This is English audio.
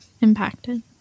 impacted